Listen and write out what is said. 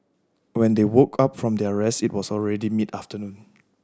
when they woke up from their rest it was already mid afternoon